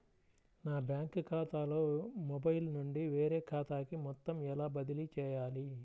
నా బ్యాంక్ ఖాతాలో మొబైల్ నుండి వేరే ఖాతాకి మొత్తం ఎలా బదిలీ చేయాలి?